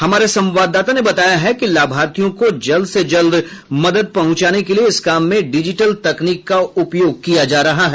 हमारे संवाददाता ने बताया है कि लाभार्थियों को जल्द से जल्द मदद पहुंचाने के लिए इस काम में डिजिटल तकनीक का उपयोग किया जा रहा है